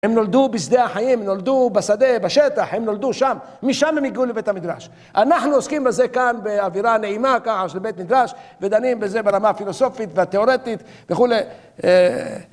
הם נולדו בשדה החיים, הם נולדו בשדה, בשטח, הם נולדו שם. משם הם הגיעו לבית המדרש. אנחנו עוסקים בזה כאן באווירה נעימה ככה של בית מדרש, ודנים בזה ברמה הפילוסופית והתיאורטית וכולי.